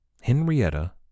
Henrietta